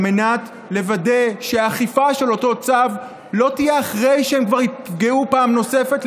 על מנת לוודא שהאכיפה של אותו צו לא תהיה אחרי שהם כבר יפגעו פעם נוספת,